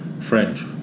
French